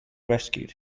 rescued